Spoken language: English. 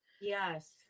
Yes